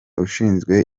ushinzwe